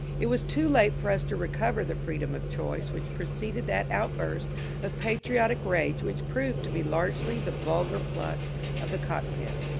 it was too late for us to recover the freedom of choice which preceded that outburst of patriotic rage which proved to be largely the vulgar pluck of the cockpit.